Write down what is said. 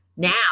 Now